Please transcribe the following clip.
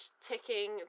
ticking